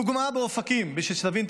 דוגמה באופקים, בשביל שנבין: